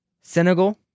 Senegal